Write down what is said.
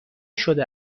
شده